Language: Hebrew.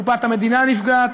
קופת המדינה נפגעת,